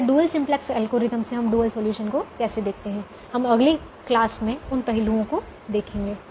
या dual simplex algorithm से हम डुअल सॉल्यूशन को कैसे देखते हैं हम अगली क्लास में उन पहलुओं को देखेंगे